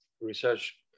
research